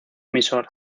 emisor